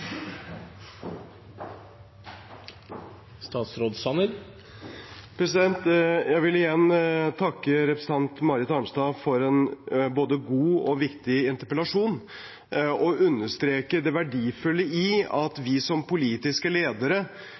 Jeg vil igjen takke representanten Marit Arnstad for en både god og viktig interpellasjon og vil understreke det verdifulle i at vi som politiske ledere